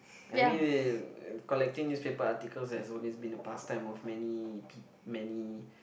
I mean collecting newspaper articles has always been a past time of many peo~ many